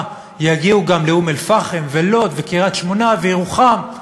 יגיעו גם לאום-אלפחם ולוד וקריית-שמונה וירוחם,